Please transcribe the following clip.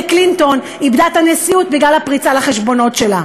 קלינטון איבדה את הנשיאות בגלל הפריצה לחשבונות שלה.